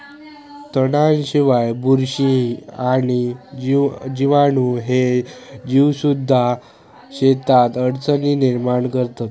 तणांशिवाय, बुरशी आणि जीवाणू ह्ये जीवसुद्धा शेतात अडचणी निर्माण करतत